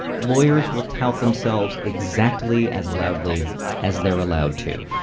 lawyers will tout themselves exactly as loudly as they're allowed to.